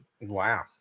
Wow